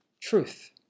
truth